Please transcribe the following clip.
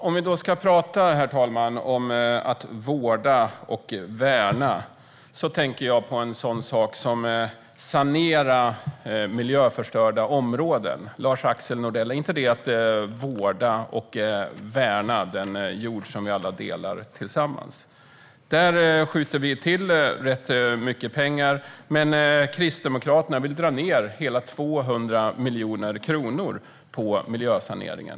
Herr talman! Om vi talar om att vårda och värna tänker jag exempelvis på att sanera miljöförstörda områden. Innebär inte detta att vårda och värna den jord som vi alla delar, Lars-Axel Nordell? Vi skjuter till ganska mycket pengar där, medan Kristdemokraterna vill dra ned hela 200 miljoner kronor på miljösanering.